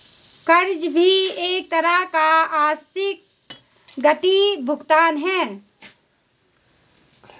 कर्ज भी एक तरह का आस्थगित भुगतान है